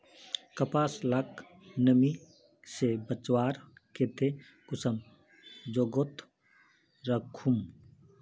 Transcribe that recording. कपास लाक नमी से बचवार केते कुंसम जोगोत राखुम?